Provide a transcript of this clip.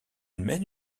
mène